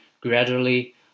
gradually